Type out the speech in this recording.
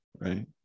Right